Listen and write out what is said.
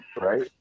Right